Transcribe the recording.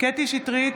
קטי קטרין שטרית,